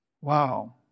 Wow